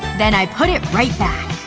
then i put it right back.